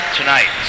tonight